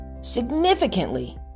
significantly